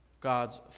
God's